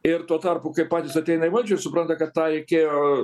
ir tuo tarpu kai patys ateina į valdžią ir supranta kad tą reikėjo